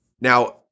Now